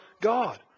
God